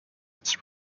its